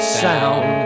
sound